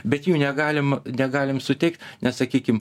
bet jų negalim negalim suteikt nes sakykim